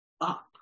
up